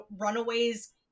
Runaways